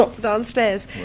Downstairs